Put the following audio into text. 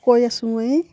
কৈ আছো মই